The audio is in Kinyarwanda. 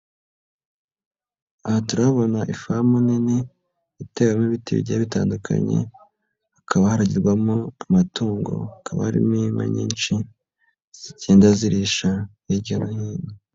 Aha turabona ifamu nini iterawemo ibiti bigiye bitandukanye, hakaba haragirwamo amatungo hakaba harimo inka nyinshi zigenda zirisha hirya no hino.